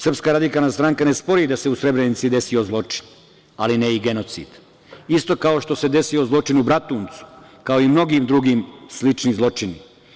Srpska radikalna stranka ne spori da se u Srebrenici desio zločin ali ne i genocid isto kao što se desio zločin u Bratuncu, kao i mnogi drugi slični zločini.